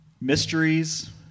mysteries